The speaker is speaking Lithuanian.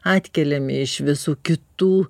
atkeliame iš visų kitų